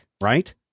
right